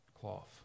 cloth